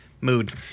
Mood